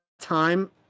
time